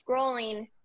scrolling